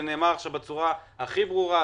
זה נאמר עכשיו בצורה הכי ברורה,